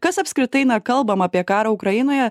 kas apskritai kalbama apie karą ukrainoje